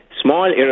small